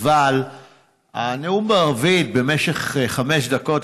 אבל הנאום בערבית במשך חמש דקות,